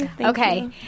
Okay